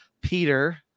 Peter